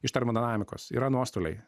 iš termodinamikos yra nuostoliai